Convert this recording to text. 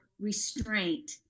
restraint